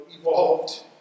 evolved